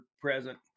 present